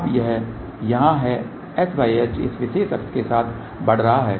अब यह यहाँ है sh इस विशेष अक्ष के साथ बढ़ रहा है